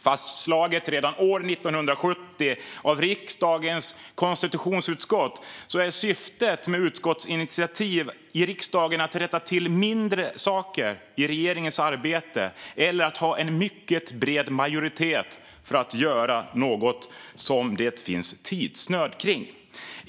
Fastslaget redan 1970 av riksdagens konstitutionsutskott är syftet med utskottsinitiativ i riksdagen att rätta till mindre saker i regeringens arbete eller att ha en mycket bred majoritet för att göra något som det finns tidsnöd kring.